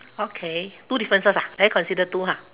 okay two differences ah then consider two ah